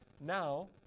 Now